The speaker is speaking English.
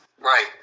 right